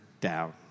down